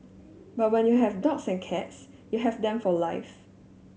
but when you have dogs and cats you have them for life